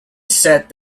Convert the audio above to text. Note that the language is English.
set